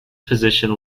position